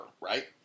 right